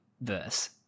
verse